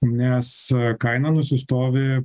nes kaina nusistovi